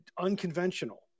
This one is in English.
unconventional